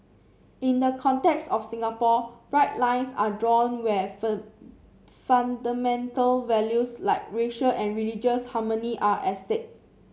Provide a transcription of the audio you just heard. in the context of Singapore bright lines are drawn where fur fundamental values like racial and religious harmony are at stake